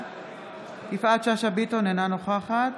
בעד יפעת שאשא ביטון, אינה נוכחת